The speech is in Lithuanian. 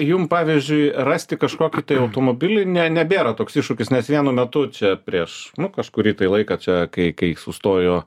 jum pavyzdžiui rasti kažkokį tai automobilį ne nebėra toks iššūkis nes vienu metu čia prieš kažkurį laiką čia kai kai sustojo